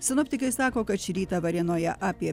sinoptikai sako kad šį rytą varėnoje apie